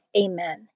Amen